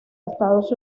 estados